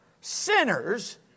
sinners